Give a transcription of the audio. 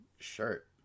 shirt